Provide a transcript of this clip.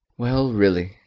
well, really,